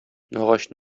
агач